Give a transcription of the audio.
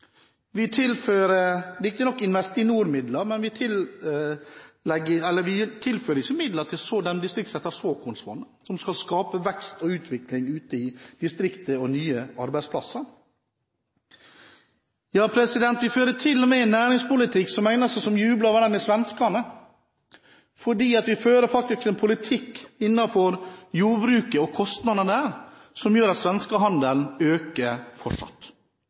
Vi tilfører riktignok Investinor-midler, men vi tilfører ikke midler til såkornfondene, som skal skape vekst og utvikling ute i distriktet og nye arbeidsplasser. Vi fører til og med en næringspolitikk der de eneste som jubler over den, er svenskene. Vi fører faktisk en politikk innen jordbruket – og kostnadene der – som gjør at svenskehandelen fortsatt øker.